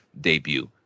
debut